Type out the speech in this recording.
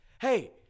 hey